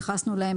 והתייחסנו אליהם.